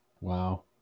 Wow